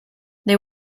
they